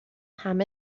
همه